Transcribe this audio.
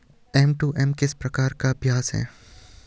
M to M किस प्रकार का अभ्यास है?